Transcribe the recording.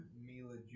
Mila